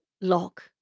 lock